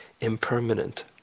impermanent